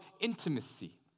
intimacy